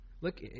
Look